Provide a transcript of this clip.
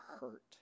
hurt